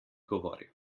govoril